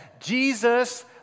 Jesus